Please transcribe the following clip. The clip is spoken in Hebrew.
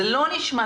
זה לא נשמע טוב.